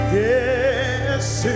Yes